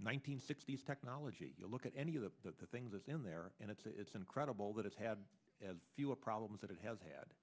nine hundred sixty s technology you look at any of the things that's in there and it's it's incredible that it's had fewer problems that it has had